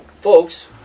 Folks